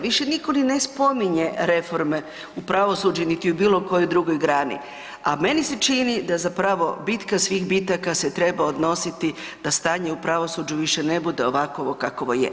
Više nitko ni ne spominje reforme u pravosuđu niti u bilo kojoj drugoj grani, a meni se čini da zapravo bitka svih bitaka se treba odnositi da stanje u pravosuđu više ne bude ovakovo kakovo je.